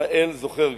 ישראל זוכר.